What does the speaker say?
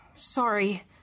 Sorry